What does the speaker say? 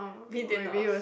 we did not